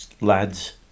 lads